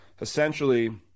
essentially –